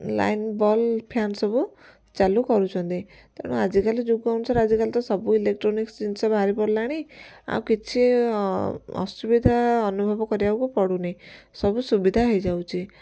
line bulb fan ସବୁ ଚାଲୁ କରୁଛନ୍ତି ତେଣୁ ଆଜିକାଲି ଯୁଗ ଅନୁସାରେ ଆଜିକାଲି ତ ସବୁ ଇଲେକଟ୍ରୋନିକ୍ସ ଜିନିଷ ବାହାରି ପଡ଼ିଲାଣି ଆଉ କିଛି ଅସୁବିଧା ଅନୁଭବ କରିବାକୁ ପଡ଼ୁନି ସବୁ ସୁବିଧା ହେଇଯାଉଛି